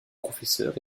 professeur